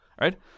Right